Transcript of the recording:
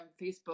Facebook